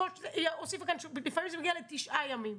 הוסיפו כאן שלפעמים זה מגיע לתשעה ימים.